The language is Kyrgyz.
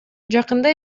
жакында